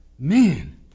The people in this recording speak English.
Man